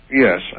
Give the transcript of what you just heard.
Yes